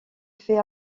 fait